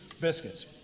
biscuits